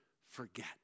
forget